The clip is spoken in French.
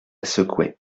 secouaient